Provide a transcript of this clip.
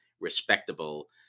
respectable